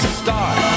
start